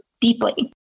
deeply